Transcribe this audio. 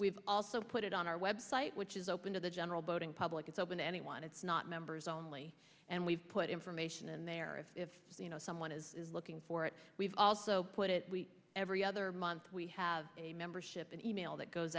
we've also put it on our website which is open to the general boating public it's open to anyone it's not members only and we've put information and there of if you know someone is looking for it we've also put it we every other month we have a membership an e mail that goes